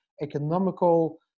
economical